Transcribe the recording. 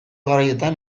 garaietan